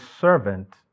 servant